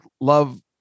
love